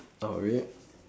oh really